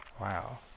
wow